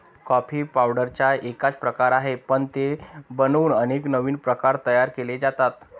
coffee पावडरचा एकच प्रकार आहे, पण ते बनवून अनेक नवीन प्रकार तयार केले जातात